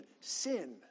sin